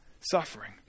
suffering